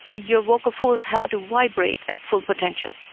your vocal folds have to vibrate at full potential.